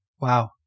Wow